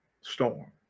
storm